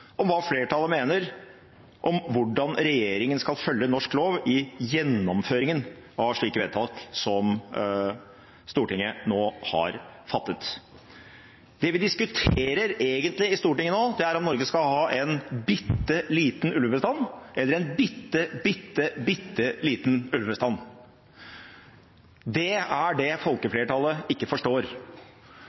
om hva flertallet mener om hvordan regjeringen skal følge norsk lov i gjennomføringen av slike vedtak som Stortinget nå har fattet. Det vi egentlig diskuterer i Stortinget nå, er om Norge skal ha en bitte liten ulvebestand eller en bitte, bitte, bitte liten ulvebestand. Det er det folkeflertallet ikke forstår.